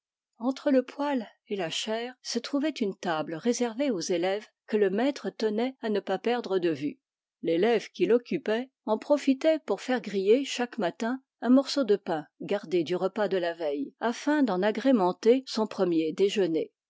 entre le poêle et la chaire se trouvait une table réservée aux élèves que le maître tenait à ne pas perdre de vue l'élève qui l'occupait en profitait pour faire griller chaque matin un morceau de pain gardé du repas de la veille afin d'en agrémenter son premier déjeuner